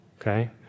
Okay